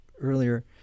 earlier